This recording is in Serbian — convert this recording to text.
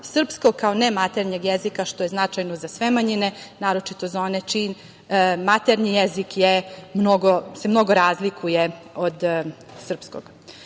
srpskog kao nematernjeg jezika, što je značajno za sve manjine, naročito za one čiji je maternji jezik, se mnogo razlikuje od